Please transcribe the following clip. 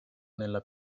nella